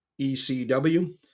ECW